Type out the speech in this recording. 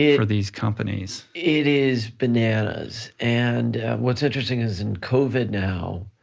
yeah for these companies. it is bananas and what's interesting is, in covid now,